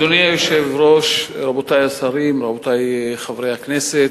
אדוני היושב-ראש, רבותי השרים, רבותי חברי הכנסת,